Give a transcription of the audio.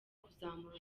kuzamura